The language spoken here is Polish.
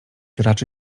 raczy